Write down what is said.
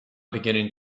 beginning